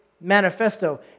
manifesto